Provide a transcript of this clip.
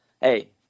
hey